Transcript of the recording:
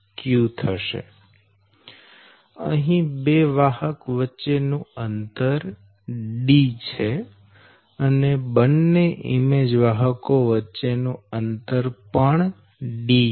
આ 2 વાહક વચ્ચે નું અંતર d છે અને બંને ઈમેજ વાહકો વચ્ચે નું અંતર પણ d છે